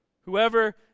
Whoever